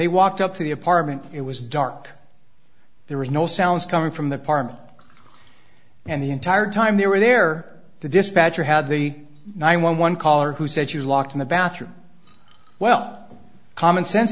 they walked up to the apartment it was dark there was no sounds coming from the parliament and the entire time they were there the dispatcher had the nine one one caller who said she was locked in the bathroom well common sense